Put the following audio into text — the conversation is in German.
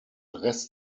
rest